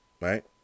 right